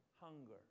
hunger